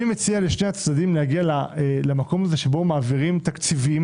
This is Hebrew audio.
אני מציע לשני הצדדים להגיע למקום שבו מעבירים היום תקציבים,